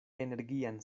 energian